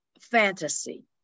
fantasy